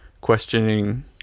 questioning